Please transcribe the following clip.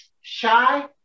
shy